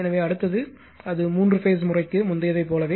எனவே அடுத்தது அது மூன்று பேஸ் முறைக்கு முந்தையதைப் போலவே